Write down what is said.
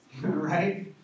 right